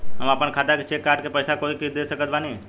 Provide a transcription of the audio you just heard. हम अपना खाता से चेक काट के पैसा कोई के कैसे दे सकत बानी?